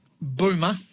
Boomer